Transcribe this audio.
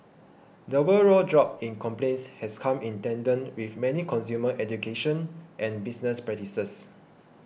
the overall drop in complaints has come in tandem with many consumer education and business practices